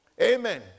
Amen